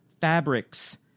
fabrics